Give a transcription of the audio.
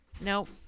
nope